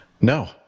No